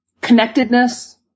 connectedness